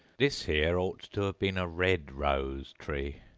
this here ought to have been a red rose-tree,